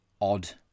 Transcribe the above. odd